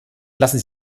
lassen